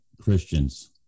christians